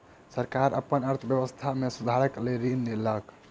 सरकार अपन अर्थव्यवस्था में सुधारक लेल ऋण लेलक